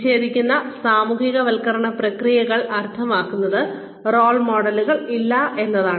വിച്ഛേദിക്കുന്ന സാമൂഹികവൽക്കരണ പ്രക്രിയകൾ അർത്ഥമാക്കുന്നത് റോൾ മോഡലുകൾ ഇല്ല എന്നാണ്